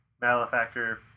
Malefactor